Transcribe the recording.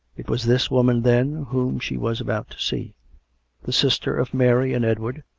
it was this woman, then, whom she was about to see the sister of mary and edward,